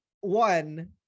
one